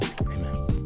Amen